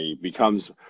becomes